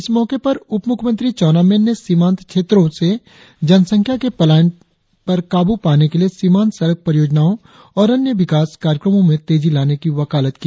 इस मौके पर उप मुख्यमंत्री चाउना मेन ने सीमांत क्षेत्रो से जनसंख्या के पलायन पर काबू पाने के लिए सीमांत सड़क परियोजनाओं और अन्य विकास कार्यक्रमो में तेजी लाने की वकालत की